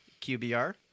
QBR